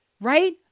right